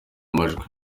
amajwi